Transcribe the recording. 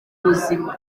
buzima